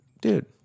Dude